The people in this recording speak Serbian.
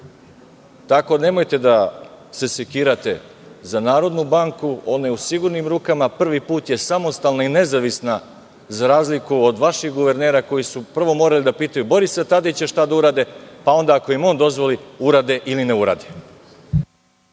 Tako, nemojte da se sekirate za Narodnu banku, ona je u sigurnim rukama. Prvi put je samostalna i nezavisna, za razliku od vaših guvernera koji su prvo morali da pitaju Borisa Tadića šta da urade, pa onda ako im on dozvoli, urade ili ne urade.